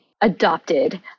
adopted